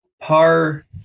par